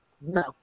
no